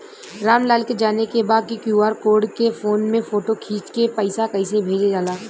राम लाल के जाने के बा की क्यू.आर कोड के फोन में फोटो खींच के पैसा कैसे भेजे जाला?